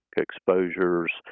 exposures